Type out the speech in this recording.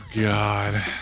God